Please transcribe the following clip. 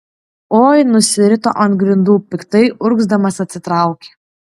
oi nusirito ant grindų piktai urgzdamas atsitraukė